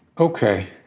okay